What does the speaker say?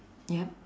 yup